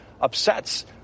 upsets